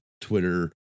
Twitter